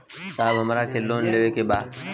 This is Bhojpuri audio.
साहब हमरा के लोन लेवे के बा